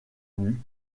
nus